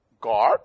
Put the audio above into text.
God